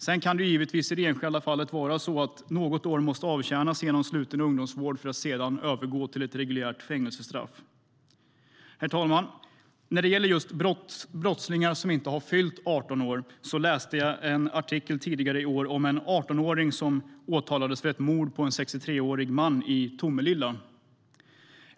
Sedan kan det givetvis i det enskilda fallet vara så att något år måste avtjänas inom sluten ungdomsvård för att sedan övergå till ett reguljärt fängelsestraff. Herr talman! När det gäller just brottslingar som inte har fyllt 18 år läste jag en artikel tidigare i år om en 18-åring som åtalades för ett mord på en 63-årig man i Tomelilla.